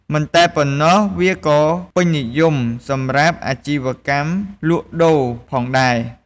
មិនតែប៉ុណ្ណោះ វាក៏ពេញនិយមសម្រាប់អាជីវកម្មលក់ដូរផងដែរ។